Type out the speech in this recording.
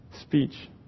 speech